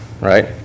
right